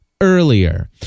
earlier